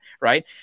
Right